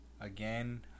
Again